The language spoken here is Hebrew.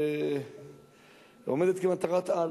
עומדת כמטרת-על.